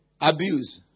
abuse